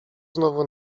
znowu